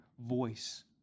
voice